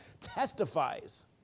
testifies